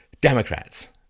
Democrats